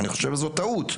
אני חושב שזו טעות.